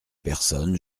personne